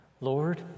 Lord